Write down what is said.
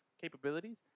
capabilities